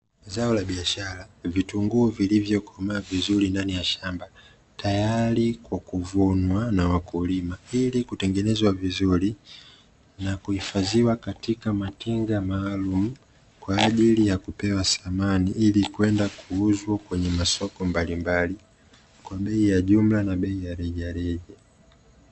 Zao la biashara vitunguu vilivyo komaa vizuri ndani ya shamba, tayari kwa kuvunwa na wakulima ili kutengenezwa vizuri na kuifadhiwa katika matenga maalumu, kwa ajili ya kupewa thamani ili kwenda kuuzwa kwenye masoko mbalimbali kwa bei ya jumla na bei ya rejareja.